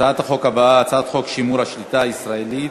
הצעת החוק הבאה, הצעת חוק שימור השליטה הישראלית